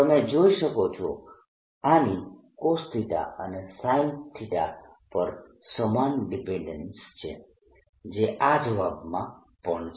તમે જોઈ શકો છો આની cosθ અને sinθ પર સમાન ડિપેન્ડેન્સ છે જે આ જવાબમાં પણ છે